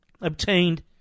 obtained